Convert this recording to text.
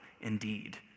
indeed